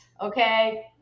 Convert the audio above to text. okay